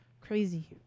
Crazy